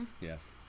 yes